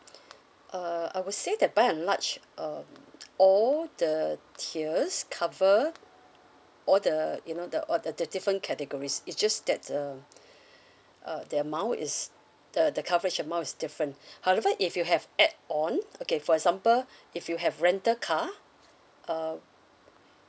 err I would say that by and large uh all the tiers cover all the you know the all the the different categories it's just that um uh the amount is the the coverage amount is different however if you have add on okay for example if you have rental car uh